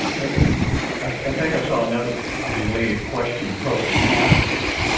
i think i saw another related question, probe capacitance